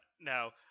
now